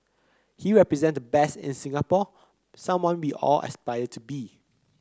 he represents the best in Singapore someone we all aspire to be